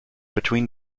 between